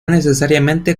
necesariamente